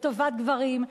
לטובת גברים,